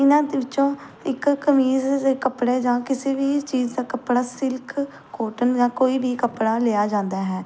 ਇਹਨਾਂ ਦੇ ਵਿੱਚੋਂ ਇੱਕ ਕਮੀਜ਼ ਦੇ ਕੱਪੜੇ ਜਾਂ ਕਿਸੇ ਵੀ ਚੀਜ਼ ਦਾ ਕੱਪੜਾ ਸਿਲਕ ਕੋਟਨ ਜਾਂ ਕੋਈ ਵੀ ਕੱਪੜਾ ਲਿਆ ਜਾਂਦਾ ਹੈ